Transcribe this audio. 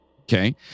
Okay